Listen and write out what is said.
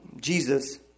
Jesus